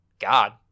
God